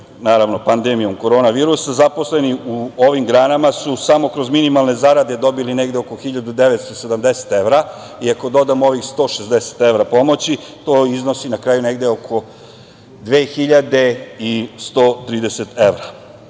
ugrožen pandemijom korona virusa, zaposleni u ovim granama su samo kroz minimalne zarade dobili negde oko 1.970 evra i ako dodamo ovih 160 evra pomoći, to iznosi na kraju negde oko 2.130 evra. Rekli